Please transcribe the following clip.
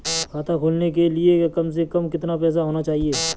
खाता खोलने के लिए कम से कम कितना पैसा होना चाहिए?